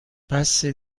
بسه